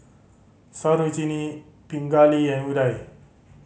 Sarojini Pingali and Udai